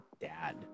dad